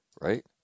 Right